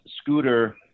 scooter